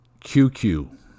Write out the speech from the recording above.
QQ